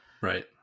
Right